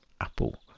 Apple